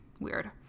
weird